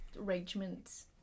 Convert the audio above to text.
arrangements